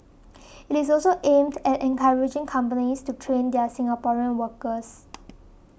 it is also aimed at encouraging companies to train their Singaporean workers